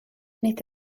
nid